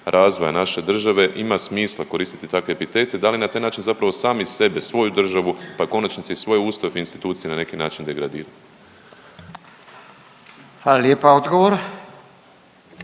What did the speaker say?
razvoja naše države ima smisla koristiti takve epitete? Da li na taj način zapravo sami sebe, svoju državu, pa u konačnici svoj Ustav i institucije na neki način degradiramo? **Radin, Furio